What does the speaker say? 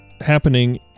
happening